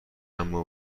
اما